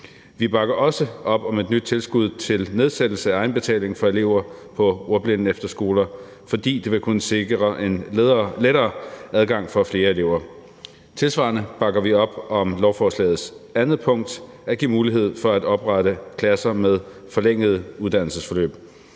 Vi bakker også op om et nyt tilskud til nedsættelse af egenbetalingen for elever på ordblindeefterskoler, fordi det vil kunne sikre en lettere adgang for flere elever. Tilsvarende bakker vi op om lovforslagets andet punkt: at give mulighed for at oprette klasser med forlængede uddannelsesforløb.